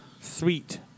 Sweet